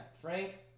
Frank